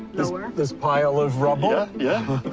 lower. this pile of rubble? ah yeah,